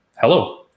hello